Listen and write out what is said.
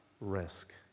risk